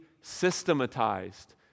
systematized